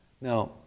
Now